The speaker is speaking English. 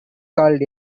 called